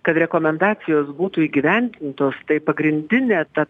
kad rekomendacijos būtų įgyvendintos tai pagrindinė ta